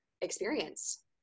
experience